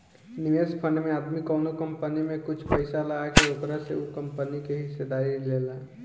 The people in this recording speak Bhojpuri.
निवेश फंड में आदमी कवनो कंपनी में कुछ पइसा लगा के ओकरा से उ कंपनी में हिस्सेदारी लेला